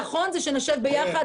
נתי,